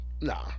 Nah